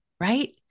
right